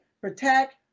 Protect